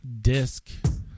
disc